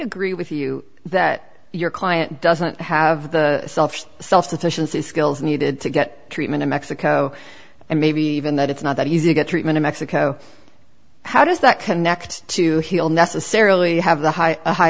agree with you that your client doesn't have the self sufficiency skills needed to get treatment in mexico and maybe even that it's not that easy to get treatment in mexico how does that connect to heal necessarily have the high high